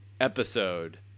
episode